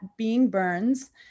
beingburns